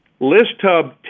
ListHub